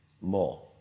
more